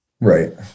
right